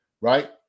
right